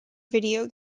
video